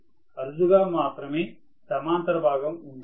అరుదుగా మాత్రమే సమాంతర భాగం ఉండాలి